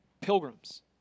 pilgrims